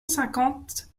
cinquante